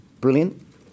brilliant